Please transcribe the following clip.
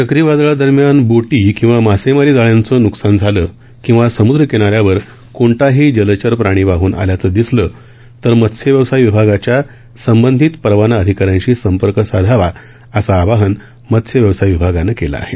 चक्रीवादळादरम्यान बोटी अथवा मासेमारी जाळ्यांचं नुकसान झालं किंवा समुद्रकिनाऱ्यावर कोणताही जलचर प्राणी वाहन आल्याचं दिसलं तर मत्स्यव्यवसाय विभागाच्या संबंधित परवाना अधिकाऱ्यांशी संपर्क साधावा असं आवाहन मत्स्य व्यवसाय विभागानं केलं आहे